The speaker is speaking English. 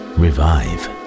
revive